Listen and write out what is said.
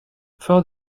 fort